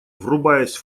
врубаясь